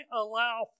allow